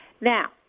Now